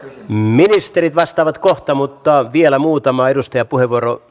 ministerit vastaavat kohta mutta vielä muutama edustajapuheenvuoro